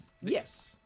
Yes